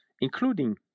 including